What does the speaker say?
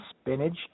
spinach